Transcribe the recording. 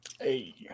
hey